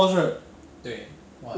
err civics and moral education